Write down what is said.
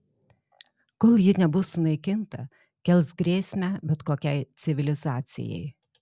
kol ji nebus sunaikinta kels grėsmę bet kokiai civilizacijai